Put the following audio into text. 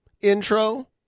intro